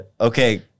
Okay